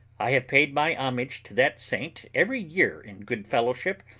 i have paid my homage to that saint every year in good fellowship,